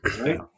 right